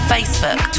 Facebook